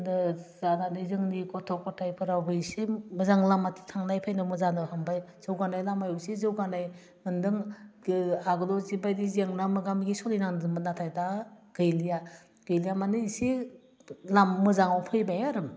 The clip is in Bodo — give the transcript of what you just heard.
दा जानानै जोंनि गथ' गथायफोराव बेसिम मोजां लामाथिं थांनाय फैनो मोजानो हमबाय जौगानाय लामायाव एसे जौगानाय मोनदों आवगायाव जिबायदि जेंना मोगा मोगि सलिनांदोंमोन नाथाय दा गैलिया गैला माने एसे लाम मोजाङाव फैबाय आरो